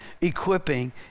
equipping